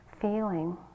feeling